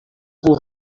pour